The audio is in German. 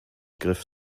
griff